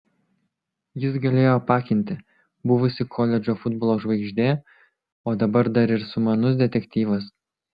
jis galėjo apakinti buvusi koledžo futbolo žvaigždė o dabar dar ir sumanus detektyvas